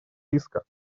риска